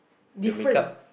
the makeup